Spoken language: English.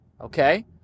Okay